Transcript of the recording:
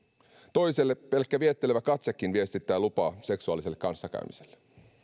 toiselle pelkkä viettelevä katsekin viestittää lupaa seksuaaliselle kanssakäymiselle